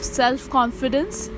self-confidence